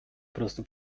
prostu